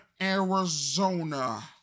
Arizona